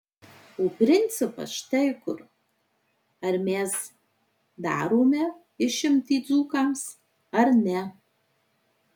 o principas štai kur ar mes darome išimtį dzūkams ar ne